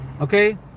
okay